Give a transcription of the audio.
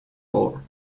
for